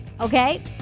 okay